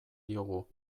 diogu